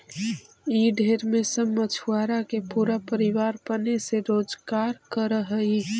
ई में ढेर सब मछुआरा के पूरा परिवार पने से रोजकार कर हई